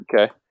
Okay